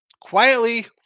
Quietly